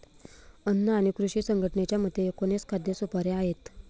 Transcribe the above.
अन्न आणि कृषी संघटनेच्या मते, एकोणीस खाद्य सुपाऱ्या आहेत